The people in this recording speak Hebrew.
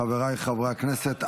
חבריי חברי הכנסת,